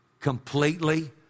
completely